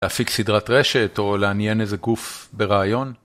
להפיק סדרת רשת או לעניין איזה גוף ברעיון.